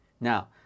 now